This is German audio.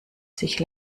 sich